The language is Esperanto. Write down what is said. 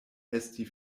esti